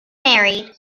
married